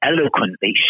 eloquently